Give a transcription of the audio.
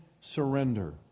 surrender